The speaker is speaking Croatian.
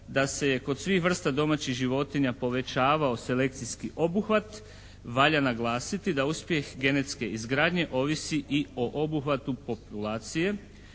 da se kod svih vrsta domaćih životinja povećavao selekcijski obuhvat, valja naglasiti da uspjeh genetske izgradnje ovisi i o obuhvatu populacije.